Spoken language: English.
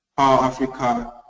africa,